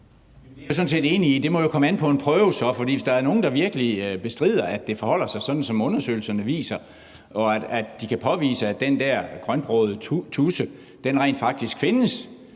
Det er jeg sådan set enig i. Det må jo komme an på en prøve, fordi hvis der er nogen, der virkelig bestrider, at det forholder sig sådan, som undersøgelserne viser, og at de kan påvise, at den der grønbrogede tudse rent faktisk findes